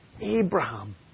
Abraham